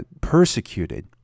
persecuted